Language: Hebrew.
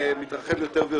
מתרחב יותר ויותר,